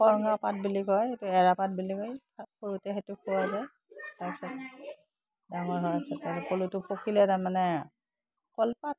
কৰঙা পাত বুলি কয় সেইটো এৰাপাত বুলি কয় সৰুতে সেইটো খুওৱা যায় তাৰপিছত ডাঙৰ হোৱাৰ পিছত পলুটো পকিলে তাৰমানে কলপাত